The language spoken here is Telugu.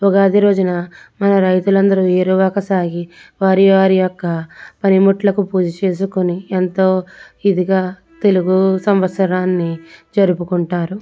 ఉగాది రోజున మన రైతులందరూ ఏరువాక సాగి వారి వారి యొక్క పనిముట్లకు పూజ చేసుకొని ఎంతో ఇదిగా తెలుగు సంవత్సరాన్ని జరుపుకుంటారు